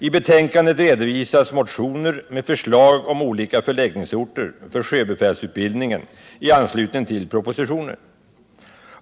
I betänkandet redovisas motioner med förslag om olika förläggningsorter för sjöbefälsutbildningen i anslutning till propositionen.